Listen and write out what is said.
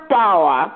power